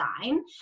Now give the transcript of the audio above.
design